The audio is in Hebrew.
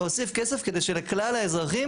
להוסיף כסף כדי שלכלל האזרחים,